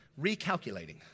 Recalculating